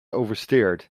oversteered